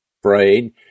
afraid